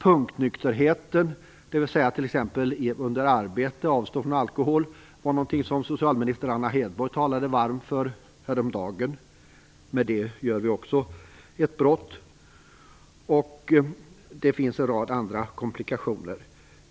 Punktnykterheten, dvs. att t.ex. under arbete avstå från alkohol, är någonting som statsrådet Anna Hedborg talade varmt för häromdagen. Mot det bryter vi nu också. Det finns även en rad andra komplikationer.